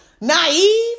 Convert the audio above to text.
naive